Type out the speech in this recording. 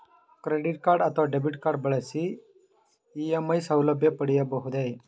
Credit card ಅಥವಾ debit card ಬಳಸಿ EMI ಸೌಲಭ್ಯ ಪಡೆಯಬಹುದೇ?